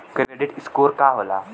Credit score का होला?